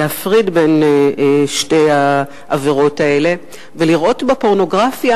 להפריד בין שתי העבירות האלה ולראות בפורנוגרפיה